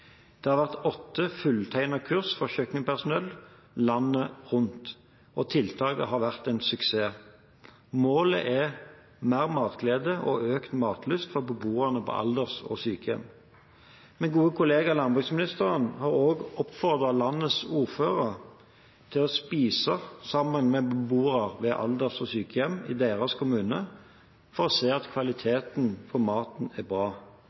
Det har vært åtte fulltegnede kurs for kjøkkenpersonell landet rundt, og tiltaket har vært en suksess. Målet er mer matglede og økt matlyst for beboerne på alders- og sykehjem. Min gode kollega landbruksministeren har også oppfordret landets ordførere til å spise sammen med beboerne ved alders- og sykehjemmene i deres kommune for å se om kvaliteten på maten er bra.